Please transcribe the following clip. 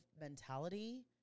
mentality